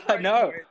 No